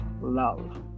love